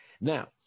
Now